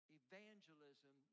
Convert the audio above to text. evangelism